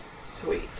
Sweet